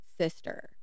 sister